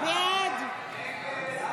הסתייגות 542